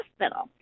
hospital